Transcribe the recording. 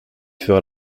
fera